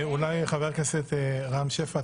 חבר הכנסת רם שפע,